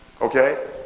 Okay